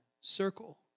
circle